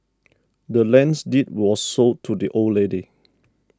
the land's deed was sold to the old lady